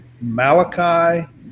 Malachi